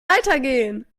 weitergehen